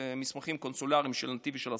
מסמכים קונסולריים של נתיב ושל הסוכנות,